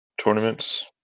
tournaments